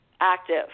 active